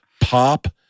pop